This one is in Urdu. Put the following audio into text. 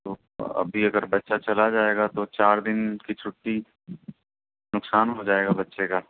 تو ابھی اگر بچہ چلا جائے گا تو چار دِن کی چُھٹی نقصان ہو جائے گا بچے کا